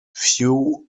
few